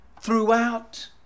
throughout